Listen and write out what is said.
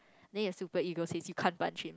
then your super ego says you can't punch him